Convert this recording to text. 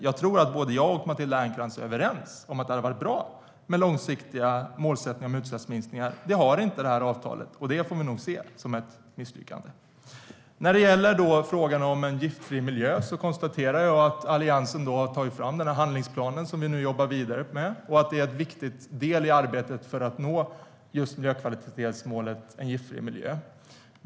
Jag tror att både jag och Matilda Ernkrans är överens om att det hade varit bra med långsiktiga målsättningar om utsläppsminskningar. Det finns inte i avtalet, och det får vi nog se som ett misslyckande. När det gäller frågan om en giftfri miljö konstaterar jag att Alliansen tog fram den handlingsplan som vi nu jobbar vidare med och att den är en viktig del i arbetet för att nå miljökvalitetsmålet Giftfri miljö.